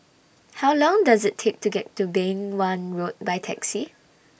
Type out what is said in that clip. How Long Does IT Take to get to Beng Wan Road By Taxi